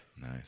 Nice